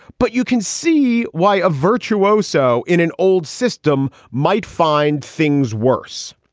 but you can see why a virtuoso in an old system might find things worse.